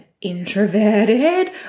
introverted